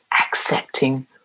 accepting